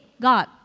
God